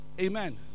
Amen